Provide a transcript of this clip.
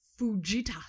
Fujita